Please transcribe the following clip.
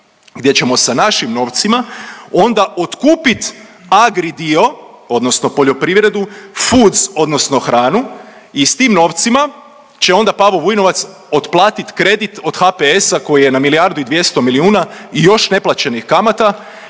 gdje ćemo sa našim novcima onda otkupit agri dio odnosno poljoprivredu, foods odnosno hranu i s tim novcima će onda Pavo Vujnovac otplatit kredit od HPS-a koji je na milijardu i 200 milijuna i još neplaćenih kamata,